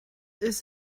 ist